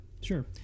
sure